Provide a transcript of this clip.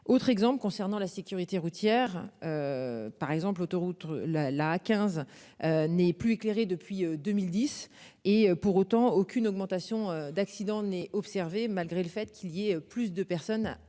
Autre exemple concernant la sécurité routière. Par exemple l'autoroute la la 15. N'est plus éclairée depuis 2010 et pour autant, aucune augmentation d'accidents n'est observée. Malgré le fait qu'il y ait plus de personnes à prendre